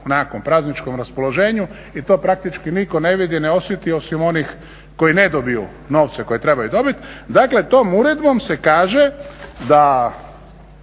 u nekakvom prazničkom raspoloženju i to praktički nitko ne vidi, ne osjeti osim onih koji ne dobiju novce koje trebaju dobiti. Dakle, tom Uredbom se kaže da